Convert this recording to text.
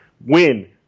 win